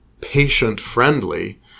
patient-friendly